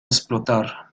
explotar